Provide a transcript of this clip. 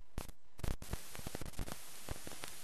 אלה ונכונות לשנות מדיניות ללא הכר,